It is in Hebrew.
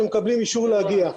אישור להגיע.